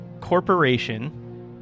corporation